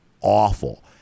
awful